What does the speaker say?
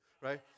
right